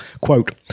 Quote